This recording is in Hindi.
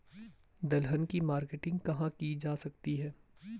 दलहन की मार्केटिंग कहाँ की जा सकती है?